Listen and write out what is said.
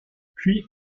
puis